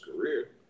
career